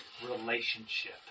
relationship